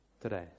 today